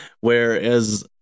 Whereas